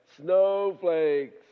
Snowflakes